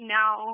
now –